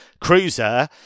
Cruiser